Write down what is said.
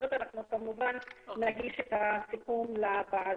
אנחנו כמובן גם נגיש את הסיכום לוועדה,